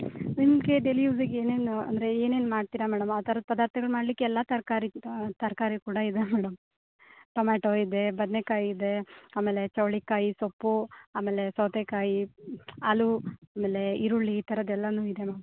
ನಿಮಗೆ ಡೇಲಿ ಯೂಸಿಗೆ ಏನೇನು ಅಂದರೆ ಏನೇನು ಮಾಡ್ತೀರ ಮೇಡಮ್ ಆ ಥರದ ಪದಾರ್ಥಗಳು ಮಾಡ್ಲಿಕ್ಕೆ ಎಲ್ಲ ತರಕಾರಿ ತರಕಾರಿ ಕೂಡ ಇದೆ ಮೇಡಮ್ ಟೊಮ್ಯಾಟೊ ಇದೆ ಬದ್ನೇಕಾಯಿ ಇದೆ ಆಮೇಲೆ ಚವಳಿಕಾಯಿ ಸೊಪ್ಪು ಆಮೇಲೆ ಸೌತೆಕಾಯಿ ಆಲೂ ಆಮೇಲೆ ಈರುಳ್ಳಿ ಈ ಥರದ್ದೆಲ್ಲವೂ ಇದೆ ಮ್ಯಾಮ್